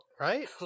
Right